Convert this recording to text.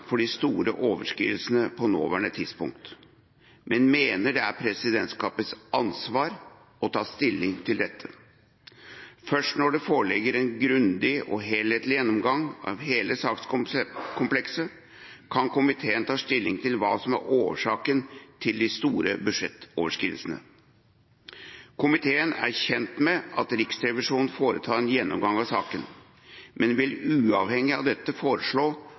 for de store overskridelsene på det nåværende tidspunkt, men mener det er presidentskapets ansvar å ta stilling til dette. Først når det foreligger en grundig og helhetlig gjennomgang av hele sakskomplekset, kan komiteen ta stilling til hva som er årsaken til de store budsjettoverskridelsene. Komiteen er kjent med at Riksrevisjonen foretar en gjennomgang av saken, men vil uavhengig av dette foreslå